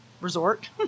resort